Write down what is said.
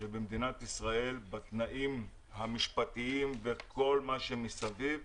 שבמדינת ישראל, בתנאים המשפטיים וכל מה שמסביב,